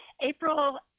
April